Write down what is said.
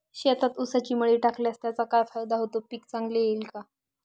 शेतात ऊसाची मळी टाकल्यास त्याचा काय फायदा होतो, पीक चांगले येईल का?